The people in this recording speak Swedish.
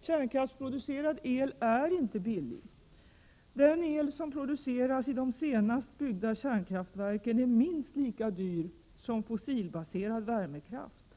Kärnkraftsproducerad el är inte billig. Den el som produceras i de senast byggda kärnkraftverken är minst lika dyr som fossilbaserad värmekraft.